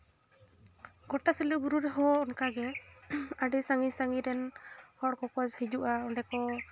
ᱜᱚᱴᱟ ᱥᱤᱞᱤ ᱵᱩᱨᱩ ᱨᱮᱦᱚ ᱚᱱᱠᱟᱜᱮ ᱟᱹᱰᱤ ᱥᱟᱺᱜᱤᱧ ᱥᱟᱺᱜᱤᱧ ᱨᱮᱱ ᱦᱚᱲ ᱠᱚᱠᱚ ᱦᱤᱡᱩᱜᱼᱟ ᱚᱸᱰᱮ ᱠᱚ